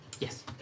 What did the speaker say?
Yes